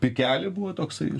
pikelį buvo toksai